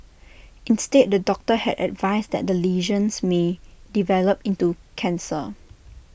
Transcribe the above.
instead the doctor had advised that the lesions may develop into cancer